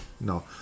No